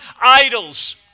idols